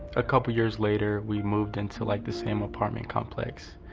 a couple years later we moved into, like, the same apartment complex.